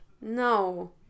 No